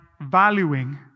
valuing